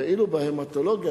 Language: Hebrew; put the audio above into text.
ואילו בהמטולוגיה,